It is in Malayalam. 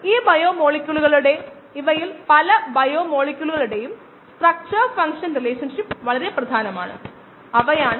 ഓരോ കോളനിയും ഒരൊറ്റ കോശത്തിൽ നിന്നാണ് ഉണ്ടാകുന്നതെന്ന് കരുതുക നമുക്ക് കോളനികളുടെ എണ്ണം കണക്കാക്കുകയും പ്ലേറ്റിംഗ് നടന്ന സമയത്ത് അവിടെ ഉണ്ടായിരുന്ന കോശങ്ങളുടെ എണ്ണവുമായി ബന്ധപ്പെടുത്തുകയും ചെയ്യാം